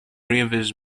rivers